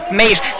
mate